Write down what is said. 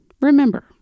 Remember